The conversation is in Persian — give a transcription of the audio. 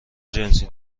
جنسی